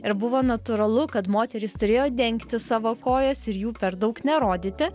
ir buvo natūralu kad moterys turėjo dengti savo kojas ir jų per daug nerodyti